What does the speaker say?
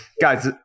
Guys